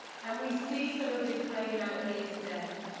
and we see some of this pain out here today.